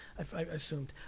i assumed.